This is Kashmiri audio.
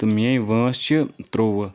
تہٕ میٲنۍ وٲنٛس چھِ تروٚوُہ